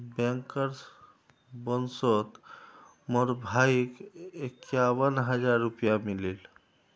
bankers बोनसोत मोर भाईक इक्यावन हज़ार रुपया मिलील